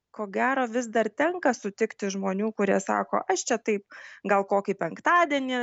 ko gero vis dar tenka sutikti žmonių kurie sako aš čia taip gal kokį penktadienį